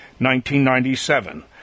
1997